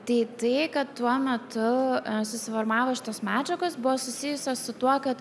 tai tai kad tuo metu susiformavo šitos medžiagos buvo susijusios su tuo kad